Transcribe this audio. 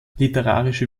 literarische